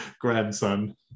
grandson